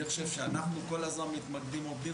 אנחנו כל הזמן מתמקדים בעובדים